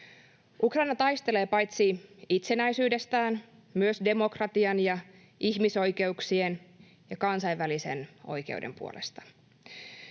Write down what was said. Ukraina taistelee paitsi itsenäisyydestään myös demokratian ja ihmisoikeuksien ja kansainvälisen oikeuden puolesta.